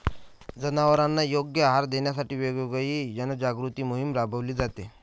जनावरांना योग्य आहार देण्यासाठी वेळोवेळी जनजागृती मोहीम राबविली जाते